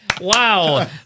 Wow